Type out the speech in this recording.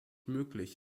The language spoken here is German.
möglich